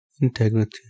integrity